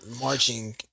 marching